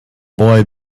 boy